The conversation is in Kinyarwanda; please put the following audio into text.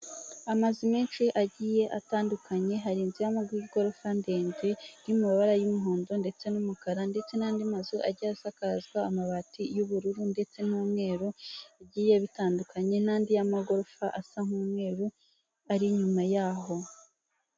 Amazu menshi agiye atandukanye, hari inzu y'amagorofa ndende, iri mu mabara y'umuhondo ndetse n'umukara, ndetse n'andi mazu agiye asakazwa amabati y'ubururu ndetse n'umweru, bigiye bitandukanye, n'andi y'amagorofa, asa nk'umweru, ari inyuma yaho.